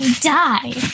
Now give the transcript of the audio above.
die